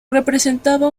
representaba